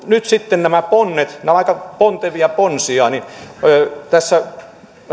nyt sitten nämä ponnet nämä ovat aika pontevia ponsia ja tässä